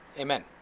Amen